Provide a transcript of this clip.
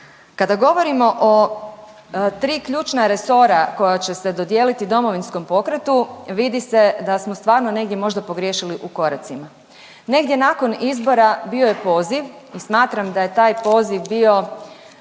Kada govorimo o tri ključna resora koja će se dodijeliti Domovinskom pokretu, vidi se da smo stvarno negdje možda pogriješili u koracima. Negdje nakon izbora bio je poziv i smatram da je taj poziv bio